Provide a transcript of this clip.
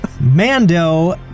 Mando